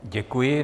Děkuji.